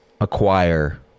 acquire